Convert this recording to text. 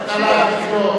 תקשיב לי,